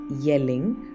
yelling